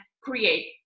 create